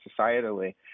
societally